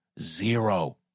Zero